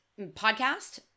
podcast